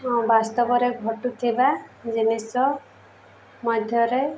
ବାସ୍ତବରେ ଘଟୁଥିବା ଜିନିଷ ମଧ୍ୟରେ